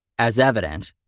as evident,